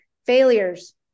failures